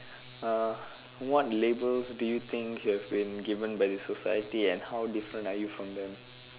uh what labels do you think you have been given by the society and how different are you from them